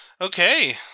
Okay